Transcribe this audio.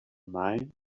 mine